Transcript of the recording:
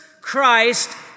Christ